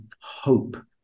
hope